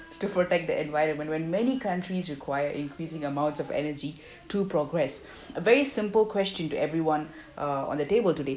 to protect the environment when many countries require increasing amounts of energy to progress a very simple question to everyone uh on the table today